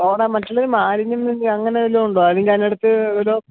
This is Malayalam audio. ഓട മറ്റുള്ളവർ മാലിന്യങ്ങൾ അങ്ങനെ വല്ലതുമുണ്ടോ അല്ലെങ്കിൽ അതിനടുത്ത് വല്ലതും